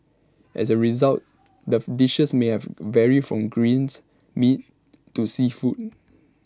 as A result the dishes may have vary from greens meat to seafood